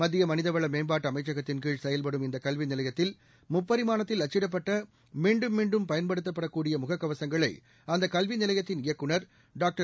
மத்திய மனிதவள மேம்பாட்டு அமைச்சகத்தின்கீழ் செயல்படும் இந்த கல்வி நிலையத்தில் முப்பரிமாணத்தில் அச்சிடப்பட்ட மீண்டும் மீண்டும் பயன்படுத்தப்படக்கூடிய முகக்கவசங்களை அந்த கல்வி நிலையத்தின் இயக்குநர் டாக்டர்